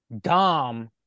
Dom